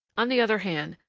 on the other hand,